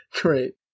great